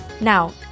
Now